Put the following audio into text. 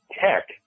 tech